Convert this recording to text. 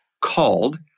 called